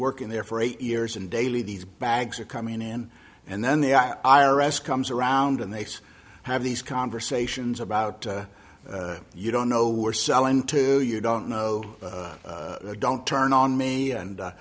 working there for eight years and daily these bags are coming in and then the i r s comes around and they have these conversations about you don't know we're selling to you don't know don't turn on me and